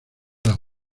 las